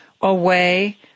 away